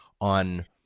on